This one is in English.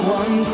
one